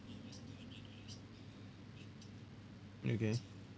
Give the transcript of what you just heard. okay